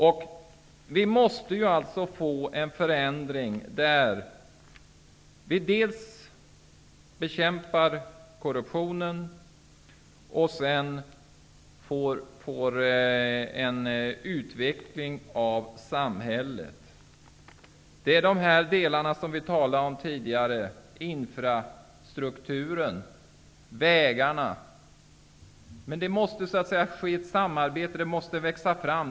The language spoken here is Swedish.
Det måste alltså ske en förändring, så att vi dels bekämpar korruptionen, dels får till stånd en utveckling av samhället. Det är de här delarna som vi talade om tidigare, dvs. infrastrukturen, vägarna. Men det måste ske ett samarbete, som måste växa fram.